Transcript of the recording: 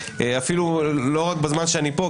אפילו לא רק בזמן שאני פה,